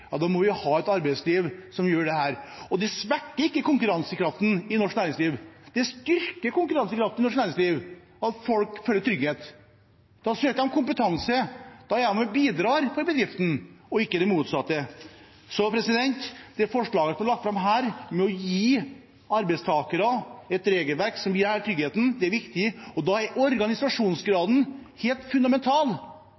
det. Og det svekker ikke konkurransekraften i norsk næringsliv – det styrker konkurransekraften i norsk næringsliv at folk føler trygghet. Da søker de ny kompetanse, og da bidrar de til bedriften – ikke motsatt. Forslaget som er lagt fram her, om å gi arbeidstakere et regelverk som gir trygghet, er viktig, og da er